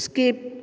skip